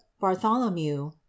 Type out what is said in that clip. Bartholomew